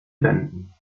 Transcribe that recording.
wenden